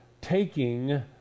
taking